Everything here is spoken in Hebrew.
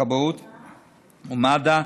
כבאות ומד"א,